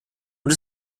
und